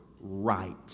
right